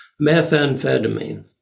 Methamphetamine